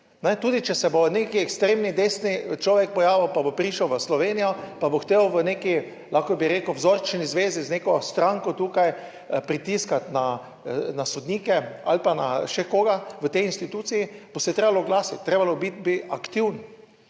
Tudi če se bo neki ekstremni desni človek pojavil, pa bo prišel v Slovenijo, pa bo hotel v neki, lahko bi rekel, vzorčni zvezi z neko stranko tukaj pritiskati na sodnike ali pa na še koga v tej instituciji bo, se je treba oglasiti, treba biti aktiven.